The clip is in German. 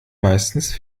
meistens